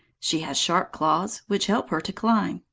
she has sharp claws, which help her to climb,